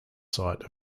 site